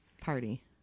party